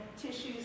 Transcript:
tissues